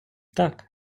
так